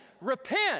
repent